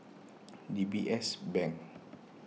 D B S Bank